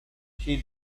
she